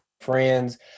friends